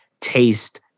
taste